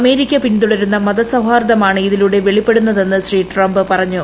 America പിന്തുടരുന്ന മതസൌഹാർദമാണ് ഇതിലൂടെ വെളിപ്പെടുന്നതെന്ന് ശ്രീ ട്രംപ് പറഞ്ഞു